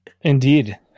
Indeed